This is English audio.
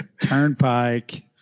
turnpike